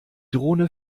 drohne